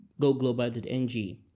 GoGlobal.ng